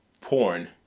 porn